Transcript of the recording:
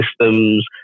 systems